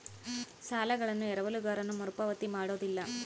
ಸಾಲಗಳನ್ನು ಎರವಲುಗಾರನು ಮರುಪಾವತಿ ಮಾಡೋದಿಲ್ಲ